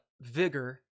vigor